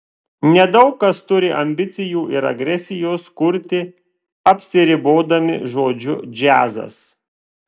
nedaug kas turi ambicijų ir agresijos kurti apsiribodami žodžiu džiazas